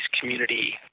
community